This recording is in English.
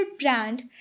brand